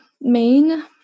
main